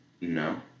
No